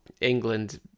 England